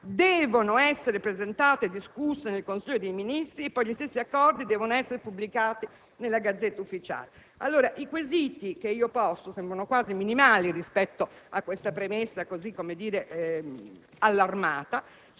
devono essere presentate e discusse nel Consiglio dei ministri e gli stessi accordi devono essere pubblicati nella *Gazzetta Ufficiale*. I quesiti sembrano quasi minimali rispetto a questa premessa allarmata;